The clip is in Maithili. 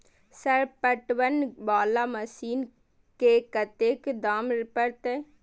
सर पटवन वाला मशीन के कतेक दाम परतें?